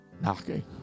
knocking